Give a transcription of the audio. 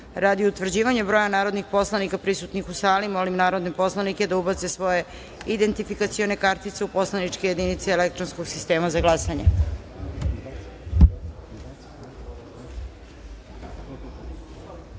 utvrđivanja broja narodnih poslanika prisutnih u sali, molim narodne poslanike da ubace svoje identifikacione kartice u poslaničke jedinice elektronskog sistema za